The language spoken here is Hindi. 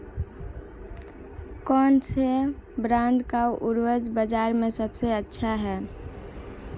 कौनसे ब्रांड का उर्वरक बाज़ार में सबसे अच्छा हैं?